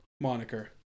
moniker